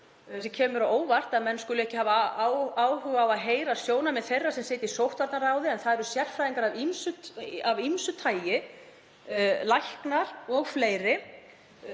kemur mér á óvart að menn skuli ekki hafa áhuga á að heyra sjónarmið þeirra sem sitja í sóttvarnaráði, en það eru sérfræðingar af ýmsu tagi, læknar og fleiri,